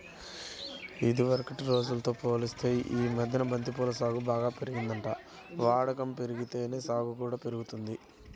ఇదివరకటి రోజుల్తో పోలిత్తే యీ మద్దెన బంతి పూల సాగు బాగా పెరిగిందంట, వాడకం బెరిగితేనే సాగు కూడా పెరిగిద్ది